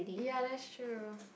ya that's true